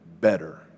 Better